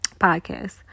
podcast